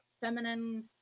feminine